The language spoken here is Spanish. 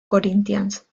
corinthians